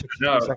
no